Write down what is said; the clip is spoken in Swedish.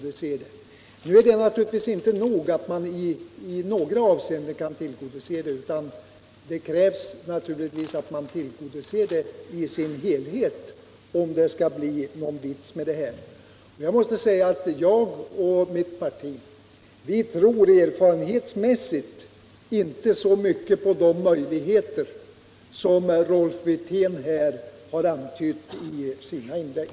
Men det är inte tillräckligt att man i några avseenden kan tillgodose kraven - de måste naturligtvis tillgodoses i sin helhet. Jag och mitt parti tror erfarenhetsmässigt inte så mycket på de möjligheter som Rolf Wirtén antytt i sina inlägg.